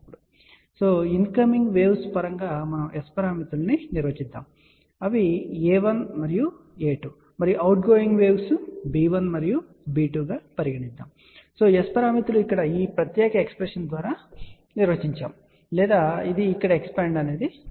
కాబట్టి incoming waves పరంగా మనము S పారామితులను నిర్వచించుదాము అవి a1 మరియు a2 మరియు అవుట్ గోయింగ్ వేవ్స్ b1 మరియు b2 గా పరిగణించండి కాబట్టి S పారామితులు ఇక్కడ ఈ ప్రత్యేక ఎక్స్ప్రెషన్ ద్వారా నిర్వచించబడతాయి లేదా ఇది ఇక్కడ ఎక్స్పాండ్ చేయబడింది